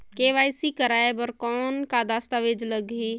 KYC कराय बर कौन का दस्तावेज लगही?